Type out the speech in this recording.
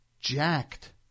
jacked